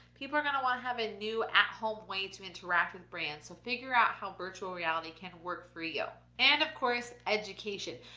people are gonna wanna have a new at home way to interact with brands. so figure out how virtual reality can work for you. and of course, education.